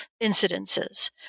incidences